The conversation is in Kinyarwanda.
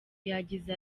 yagize